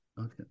Okay